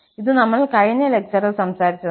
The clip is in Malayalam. ഇത് നമ്മൾ കഴിഞ്ഞ ലെക്ചറിൽ സംസാരിച്ചതാണ്